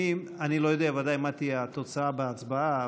ודאי לא יודע מה תהיה התוצאה בהצבעה,